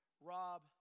rob